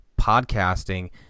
podcasting